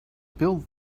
build